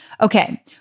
Okay